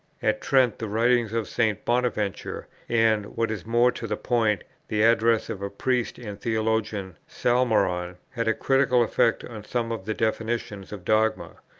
at trent, the writings of st. bonaventura, and, what is more to the point, the address of a priest and theologian, salmeron, had a critical effect on some of the definitions of dogma.